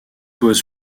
was